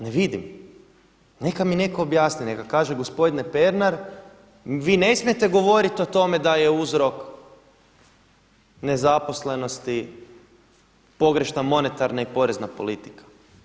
Ne vidim, neka mi neko objasni, neka kaže gospodine Pernar vi ne smijete govoriti o tome da je uzrok nezaposlenosti pogrešna monetarna i porezna politika.